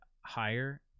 higher